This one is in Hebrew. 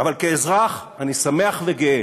אבל כאזרח אני שמח וגאה